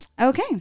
Okay